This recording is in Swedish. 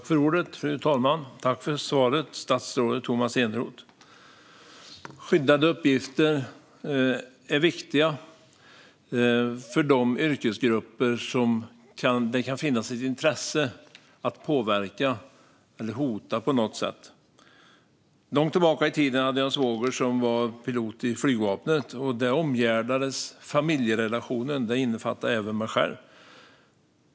Fru talman! Tack för svaret, statsrådet Tomas Eneroth! Skyddade uppgifter är viktiga för de yrkesgrupper som det kan finnas ett intresse av att påverka eller hota på något sätt. Långt tillbaka i tiden hade jag en svåger som var pilot i flygvapnet. Familjerelationen omfattades och omgärdades av åtgärder, och det innefattade även mig själv.